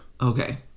Okay